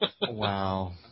Wow